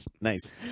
Nice